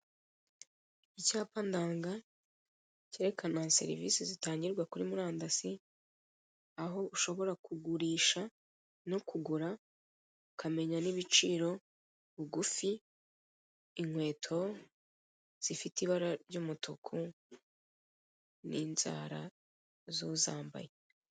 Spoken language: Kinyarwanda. Icyapa ndanga kerekana serivise zitangirwa kuri murandasi, aho ushobora kugurisha no kugura ukamenya n'ibiciro, bugufi inkweto zifite ibara ry'umutuku n'uzambaye.